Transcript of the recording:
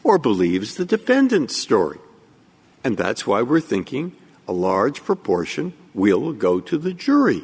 or believes the defendant story and that's why we're thinking a large proportion we'll go to the jury